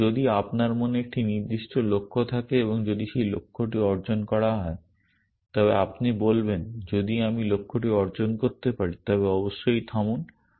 সুতরাং যদি আপনার মনে একটি নির্দিষ্ট লক্ষ্য থাকে এবং যদি সেই লক্ষ্যটি অর্জন করা হয় তবে আপনি বলবেন যদি আমি লক্ষ্যটি অর্জন করতে পারি তবে অবশ্যই থামুন